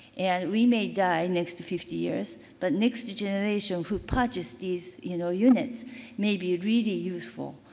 and we may die next fifty years, but next generation who purchase these you know, units may be really useful.